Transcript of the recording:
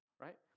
right